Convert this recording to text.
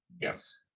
Yes